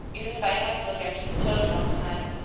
even if i had to look after the children all the time.